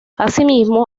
asimismo